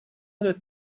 that